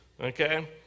okay